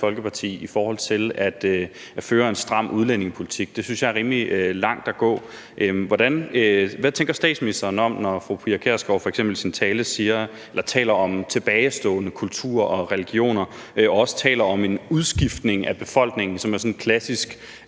Folkeparti i forhold til at føre en stram udlændingepolitik. Det synes jeg er rimelig langt at gå. Hvad tænker statsministeren om, at fru Pia Kjærsgaard i sin tale f.eks. taler om tilbagestående kulturer og religioner og også taler om en udskiftning af befolkningen, som er sådan en klassisk